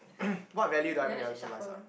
what value do I bring to other people's lives ah